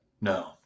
No